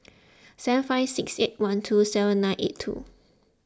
seven five six eight one two seven nine eight two